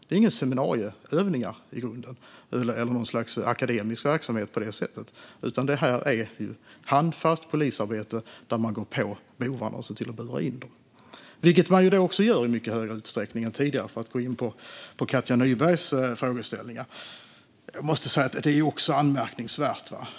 Det är inga seminarieövningar i grunden eller något slags akademisk verksamhet på det sättet, utan det här är handfast polisarbete där man går på bovarna och ser till att bura in dem. Det gör man också i mycket större utsträckning än tidigare, för att gå in på Katja Nybergs frågeställningar. Jag måste säga att detta är anmärkningsvärt.